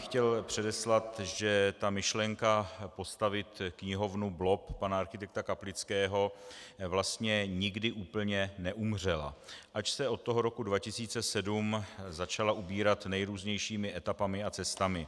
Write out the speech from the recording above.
Chtěl bych předeslat, že myšlenka postavit knihovnu, blob pana architekta Kaplického, vlastně nikdy úplně neumřela, ač se od toho roku 2007 začala ubírat nejrůznějšími etapami a cestami.